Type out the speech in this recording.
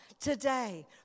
Today